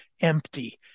empty